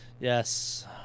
Yes